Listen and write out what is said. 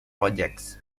projects